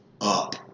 up